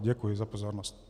Děkuji za pozornost.